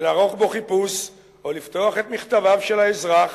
ולערוך בו חיפוש, או לפתוח את מכתביו של האזרח,